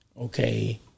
okay